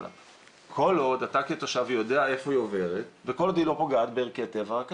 כל עוד אתה כתושב יודע איפה היא עוברת וכל עוד היא לא פוגעת בערכי טבע.